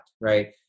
right